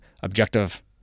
objective